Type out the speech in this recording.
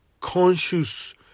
conscious